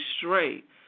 straight